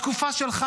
בתקופה שלך.